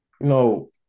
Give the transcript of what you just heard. No